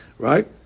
Right